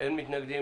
מי נגד?